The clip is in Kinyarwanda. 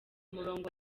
murongo